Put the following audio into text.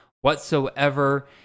whatsoever